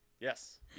Yes